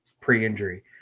pre-injury